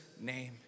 name